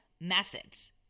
methods